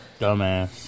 dumbass